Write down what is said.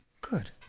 Good